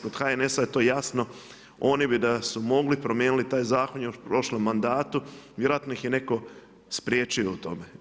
Kod HNS je to jasno, oni bi da su mogli promijenili taj zakon, još u prošlom mandatu, vjerojatno ih je netko spriječio u tome.